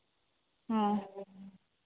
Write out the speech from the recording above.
ᱦᱮᱸ